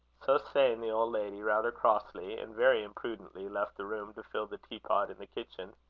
so saying, the old lady, rather crossly, and very imprudently, left the room to fill the teapot in the kitchen.